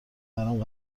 برام